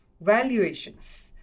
Valuations